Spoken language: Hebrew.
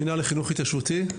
המנהל לחינוך התיישבותי.